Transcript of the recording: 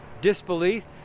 disbelief